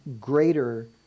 greater